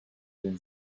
den